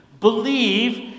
Believe